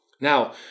Now